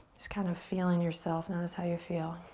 just kind of feeling yourself. notice how you feel.